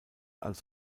als